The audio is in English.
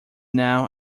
now